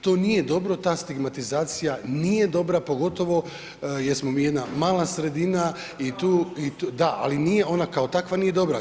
To nije dobro, ta stigmatizacija nije dobra pogotovo jer smo mi jedna mala sredina i tu, da ali nije, ona kao takva nije dobra.